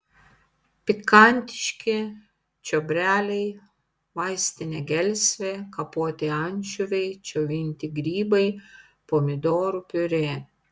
pikantiški čiobreliai vaistinė gelsvė kapoti ančiuviai džiovinti grybai pomidorų piurė